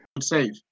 Save